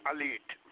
Elite